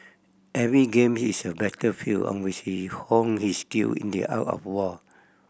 every game is a battlefield on which he hone his skill in the art of war